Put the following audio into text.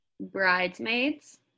Bridesmaids